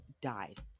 died